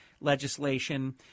legislation